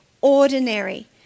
ordinary